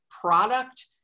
product